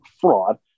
fraud